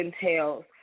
entails